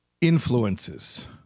influences